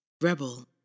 rebel